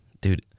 dude